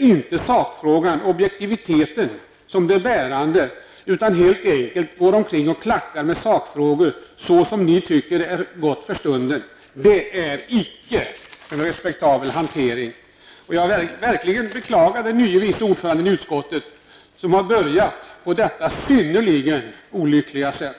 inte ser sakfrågan, objektiviteten, som det bestämmande utan helt enkelt går omkring och klackar med sakfrågor så som ni tycker är gott för stunden. Det är inte en respektabel hantering. Jag beklagar verkligen den nye vice ordföranden i utskottet som har börjat sitt arbete på detta synnerligen olyckliga sätt.